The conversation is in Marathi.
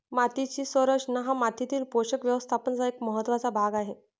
मातीची संरचना हा मातीतील पोषक व्यवस्थापनाचा एक महत्त्वाचा भाग आहे